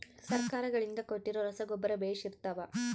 ಸರ್ಕಾರಗಳಿಂದ ಕೊಟ್ಟಿರೊ ರಸಗೊಬ್ಬರ ಬೇಷ್ ಇರುತ್ತವಾ?